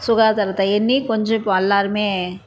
சுகாதாரத்தை எண்ணி கொஞ்சம் இப்போ எல்லோருமே